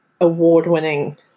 award-winning